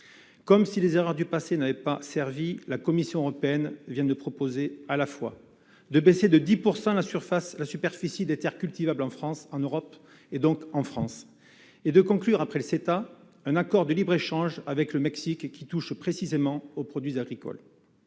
Comme si les erreurs du passé n'avaient pas servi, la Commission européenne vient à la fois de proposer de réduire de 10 % la superficie des terres cultivables en Europe, et donc en France, et de conclure, après le CETA, un accord de libre-échange avec le Mexique, qui concerne précisément les produits agricoles.